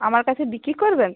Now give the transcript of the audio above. আমার কাছে বিক্রি করবেন